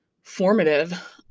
formative